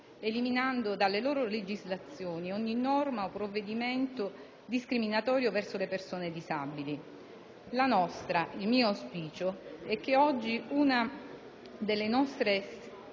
eliminando dalle loro legislazioni ogni norma o provvedimento discriminatorio verso le persone disabili. Il nostro, il mio auspicio è che oggi una delle nostre